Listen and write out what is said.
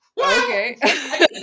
Okay